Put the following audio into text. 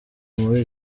muri